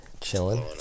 chilling